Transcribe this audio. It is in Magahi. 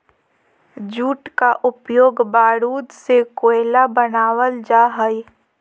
जूट का उपयोग बारूद से कोयला बनाल जा हइ